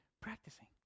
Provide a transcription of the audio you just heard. practicing